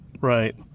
Right